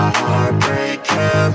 heartbreaker